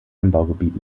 anbaugebiet